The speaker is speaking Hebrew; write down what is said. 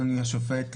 אדוני השופט,